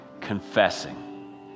confessing